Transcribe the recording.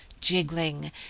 Jiggling